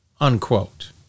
unquote